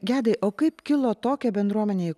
gedai o kaip kilo tokią bendruomenę